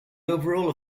overall